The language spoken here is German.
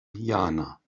jana